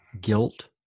guilt